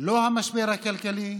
לא המשבר הכלכלי,